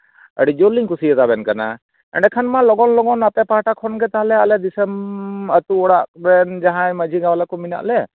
ᱟᱹᱰᱤ ᱡᱳᱨᱞᱤᱧ ᱠᱩᱥᱤᱭᱟᱛᱟᱵᱮᱱ ᱠᱟᱱᱟ ᱮᱸᱰᱮᱠᱷᱟᱱ ᱢᱟ ᱞᱚᱜᱚᱱ ᱞᱚᱜᱚᱱ ᱟᱯᱮ ᱯᱟᱦᱴᱟ ᱠᱷᱟᱱ ᱜᱮ ᱛᱟᱦᱚᱞᱮ ᱟᱞᱮ ᱫᱤᱥᱚᱢ ᱥᱮ ᱟᱹᱛᱩ ᱚᱲᱟᱜ ᱨᱮᱱ ᱡᱟᱦᱟᱸᱭ ᱢᱟᱺᱡᱷᱤ ᱜᱟᱶᱞᱟ ᱠᱚ ᱢᱮᱱᱟᱜ ᱞᱮ